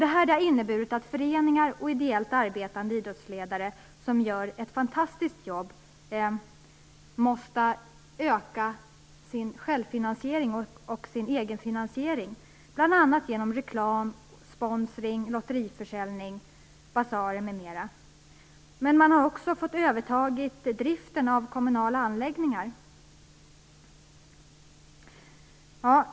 Det har inneburit att föreningar och ideellt arbetande idrottsledare, som gör ett fantastiskt jobb, måste öka sin självfinansiering och sin egenfinansiering bl.a. genom reklam, sponsring, lotteriförsäljning, basarer m.m. Men man har också fått överta driften av kommunala anläggningar.